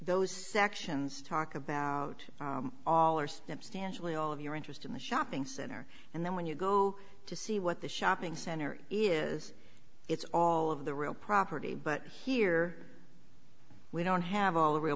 those sections talk about all or steps tangibly all of your interest in the shopping center and then when you go to see what the shopping center is it's all of the real property but here we don't have all the real